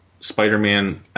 Spider-Man